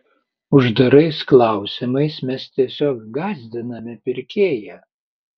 uždarais klausimais mes tiesiog gąsdiname pirkėją